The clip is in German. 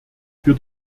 für